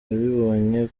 yabibonye